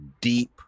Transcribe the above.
deep